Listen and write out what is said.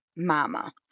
mama